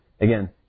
again